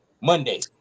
Monday